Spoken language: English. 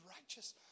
righteous